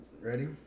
Ready